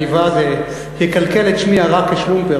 עניבה, זה יקלקל את שמי הרע כשלומפר.